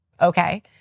Okay